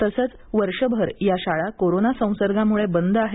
तसेच वर्षभर या शाळा कोरोना संसर्गामुळे बंद आहेत